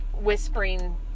whispering